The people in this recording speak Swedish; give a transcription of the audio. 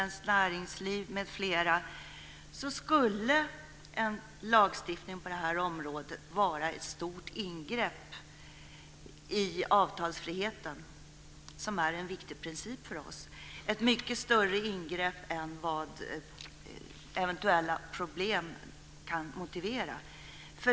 Näringsliv m.fl. skulle en lagstiftning på detta område vara ett stort ingrepp i avtalsfriheten. Och avtalsfriheten är ju en viktig princip för oss. Det skulle vara ett mycket större ingrepp än vad eventuella problem kan motivera.